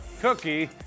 cookie